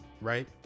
Right